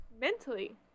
mentally